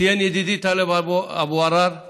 ציין ידידי טלב אבו עראר את